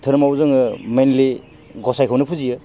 धोरोमाव जोङो मैनलि गसायखौनो फुजियो